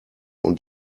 und